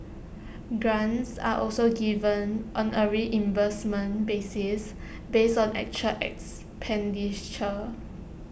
grants are also given on A reimbursement basis based on actual expenditure